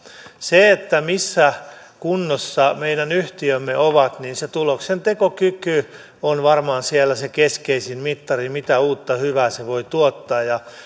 siitä missä kunnossa meidän yhtiömme ovat se tuloksentekokyky on varmaan siellä se keskeisin mittari mitä uutta hyvää se voi tuottaa